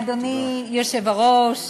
אדוני היושב-ראש,